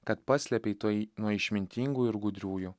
kad paslėpei tai nuo išmintingų ir gudriųjų